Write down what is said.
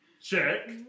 check